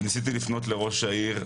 וניסיתי לפנות לראש העיר,